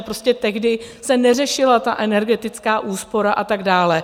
Prostě tehdy se neřešila energetická úspora a tak dále.